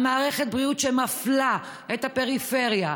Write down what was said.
על מערכת בריאות שמפלה את הפריפריה,